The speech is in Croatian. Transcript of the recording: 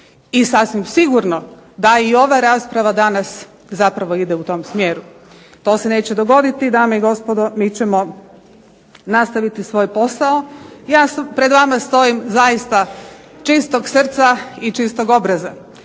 I sasvim sigurno da i ova rasprava danas zapravo ide u tom smjeru. To se neće dogoditi dame i gospodo, mi ćemo nastaviti svoj posao. Ja pred vama stojim zaista čistog srca i čistog obraza.